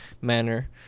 manner